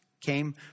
came